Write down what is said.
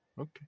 okay